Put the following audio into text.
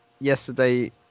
yesterday